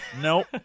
Nope